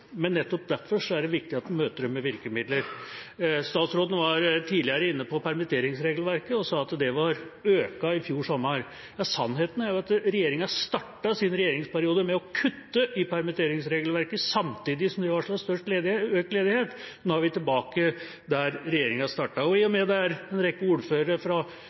men nettopp derfor er det viktig at vi møter den med virkemidler. Statsråden var tidligere inne på permitteringsregelverket, og sa at det var økt i fjor sommer. Sannheten er at regjeringa startet sin regjeringsperiode med å kutte i permitteringsregelverket, samtidig som de varslet økt ledighet. Nå er vi tilbake der regjeringa startet. I og med det er en rekke ordførere